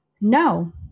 no